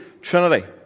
trinity